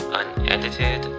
unedited